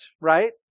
right